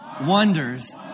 wonders